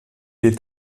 est